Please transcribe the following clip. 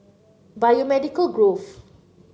Biomedical Grove